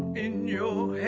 in your